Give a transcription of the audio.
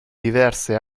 diverse